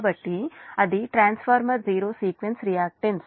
కాబట్టి అది transformer zero sequence reactance